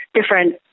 different